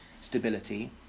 stability